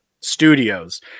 studios